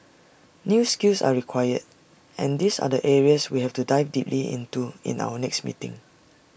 new skills are required and these are areas that we have to dive deeply into in our next meeting